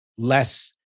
less